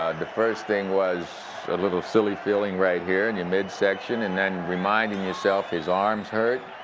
the first thing was a little silly feeling right here in your midsection. and then reminding yourself his arm's hurt.